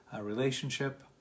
relationship